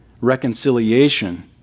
Reconciliation